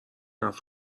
حرف